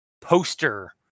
poster